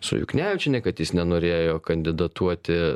su juknevičiene kad jis nenorėjo kandidatuoti